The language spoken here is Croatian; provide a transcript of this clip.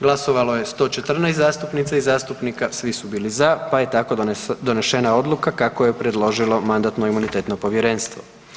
Glasovalo je 114 zastupnica i zastupnika, svi su bili za pa je tako donešena odluka kako je predložilo Mandatno-imunitetno povjerenstvo.